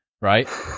right